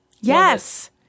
Yes